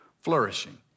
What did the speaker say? flourishing